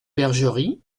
bergerie